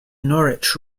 norwich